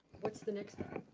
what's the next step?